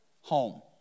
home